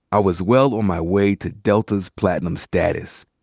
i was well on my way to delta's platinum status.